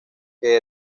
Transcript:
que